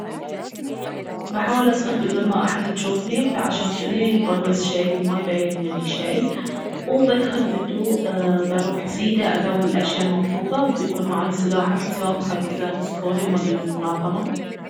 بحاول ادخل بدون ما احد يجوفني فعشان جذي بلبس شي ما يبين مني شي وبدخل بهدوء بروح سيدا ادور الأشياء المطلوبة وبيكون معاي سلاح احتياط حق اذا مسكوني مالين المنظمة